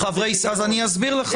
אני אסביר לך.